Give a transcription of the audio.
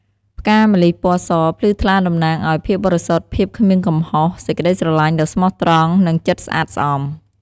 ផ្កាម្លិះពណ៌សភ្លឺថ្លាតំណាងឱ្យ ភាពបរិសុទ្ធ ភាពគ្មានកំហុស សេចក្តីស្រឡាញ់ដ៏ស្មោះត្រង់ និងចិត្តស្អាតស្អំ។